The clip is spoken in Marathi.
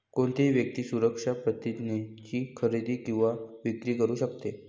कोणतीही व्यक्ती सुरक्षा प्रतिज्ञेची खरेदी किंवा विक्री करू शकते